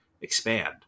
expand